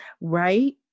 right